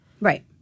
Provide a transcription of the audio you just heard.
Right